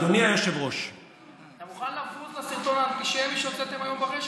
אתה מוכן לבוז לסרטון האנטישמי שהוצאתם בבוקר,